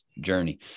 journey